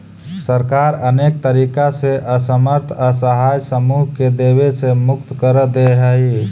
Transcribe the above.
सरकार अनेक तरीका से असमर्थ असहाय समूह के देवे से मुक्त कर देऽ हई